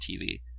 TV